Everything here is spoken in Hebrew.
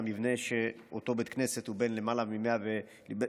המבנה של אותו בית כנסת הוא בן למעלה מ-100 שנה.